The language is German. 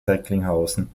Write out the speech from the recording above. recklinghausen